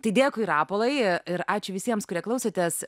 tai dėkui rapolai ir ačiū visiems kurie klausotės